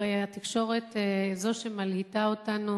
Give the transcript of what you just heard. הרי התקשורת היא זו שמלעיטה אותנו